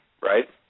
right